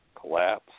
collapse